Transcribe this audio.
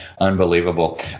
unbelievable